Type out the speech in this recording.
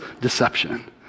deception